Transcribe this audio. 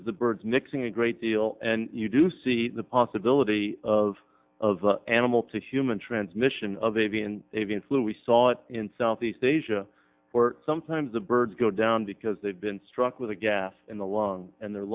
the birds mixing a great deal and you do see the possibility of of animal to human transmission of avian avian flu we saw it in southeast asia or sometimes the birds go down because they've been struck with the gas in the lung and they're